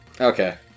Okay